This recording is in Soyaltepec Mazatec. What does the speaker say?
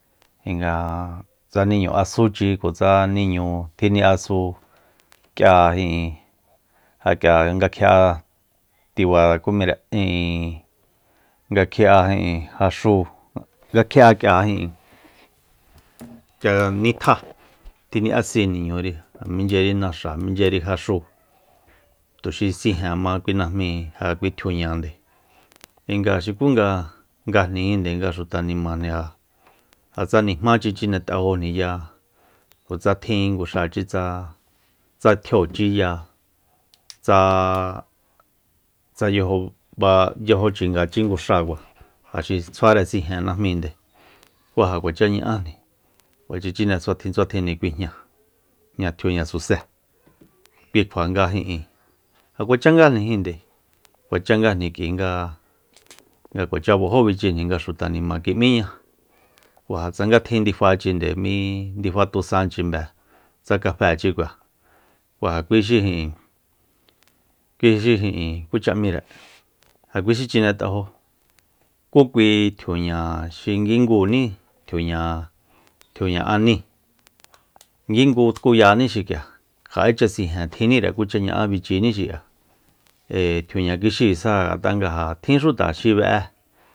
Kuinga tsa niñu asuchi kjotsa niñu tjiniasu k'ia ijin ja k'ia nga kjin'a tiba kúm'íre ijin nga kji'a jaxúu nga kji'a k'ia ijin k'ia nitjáa ni'asi niñuri minchyeri naxa minchyeri jaxúu tuxi sijen ma kui najmíi kui tjiuñande kuinga xukunga ngajnijin nga xuta nimajni ja tsa nijmáchi chinet'ajójniya ku tsa tjin nguxachi tsa tsa tjiochiya tsaa yajo ba tsa yajo chingachi ngu xáakua ja xi tsjuare sijen najmíinde ku ja kuacha ña'+a kuacha chine tsjuatin tsuatjinjni kui jna- jñatjiuña suse kikjua nga ijin ja kuacha ngajnijinnde kuacha ngajni k'ui nga nga kuachá baj´bichijni nga xuta nima kim'íña ku ja tsanga tjin ndifachinde mii ndifa tusanchimbe tsa kaféchikua ku ja kui xi ijin- kui xi ijin kucha m'íre ja kui xi chinet'ajó ku kui tjiuña xikingú tjiuña- tjiuña aníi kingu tkuyáni xik'ia kja'echa sijen tjinnire kucha ña'á bichini xik'ia ee tjiuña kixíi sa ja tjin xuta xi be'e